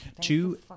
Two